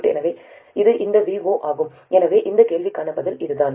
எனவே இது இந்த V0 ஆகும் எனவே இந்த கேள்விக்கான பதில் இதுதான்